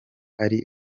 ari